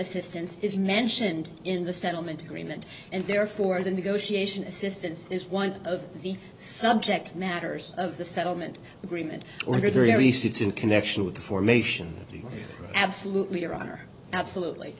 assistance is mentioned in the settlement agreement and therefore the negotiation assistance is one of the subject matters of the settlement agreement or three receipts in connection with the formation absolutely your honor absolutely